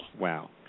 Wow